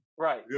Right